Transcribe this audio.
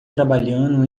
trabalhando